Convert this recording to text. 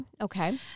okay